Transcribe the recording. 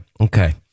Okay